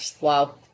Wow